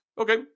Okay